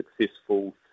successful